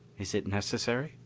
is it necessary?